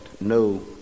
no